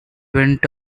went